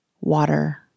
water